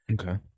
Okay